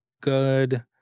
good